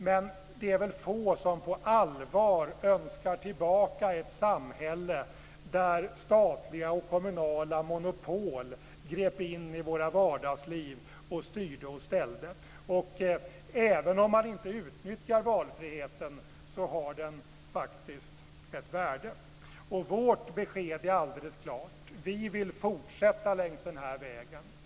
Men det är väl få som på allvar önskar ett samhälle tillbaka där statliga och kommunala monopol grep in i våra vardagsliv och styrde och ställde. Även om man inte utnyttjar valfriheten har den ett värde. Vårt besked är alldeles klart: Vi vill fortsätta längs den här vägen.